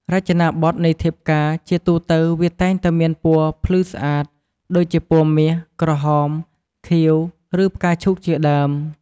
រចនាបថនៃធៀបការ ជាទូទៅវាតែងតែមានពណ៌ភ្លឺស្អាត ដូចជា ពណ៌មាស ក្រហម ខៀវ ឬ ផ្កាឈូកជាដើម។